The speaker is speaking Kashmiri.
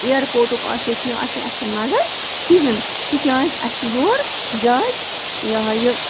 اِیرپوٹُک آسہِ ہے کیٚنٛہہ آسہِ ہے اَسہِ چھنہٕ مگر کِہیٖنۍ تِکیٛازِ اَسہِ چھِ یور زیادٕ یہِ ہا یہِ